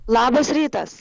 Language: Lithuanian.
labas rytas